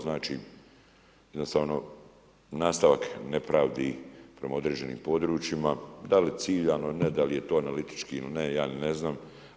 Znači jednostavno nastavak nepravdi prema određenim područjima da li ciljano ili ne, da li je to analitički ili ne, ja ne znam.